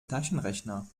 taschenrechner